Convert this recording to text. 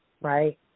right